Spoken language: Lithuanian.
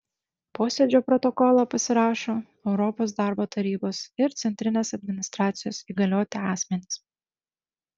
posėdžio protokolą pasirašo europos darbo tarybos ir centrinės administracijos įgalioti asmenys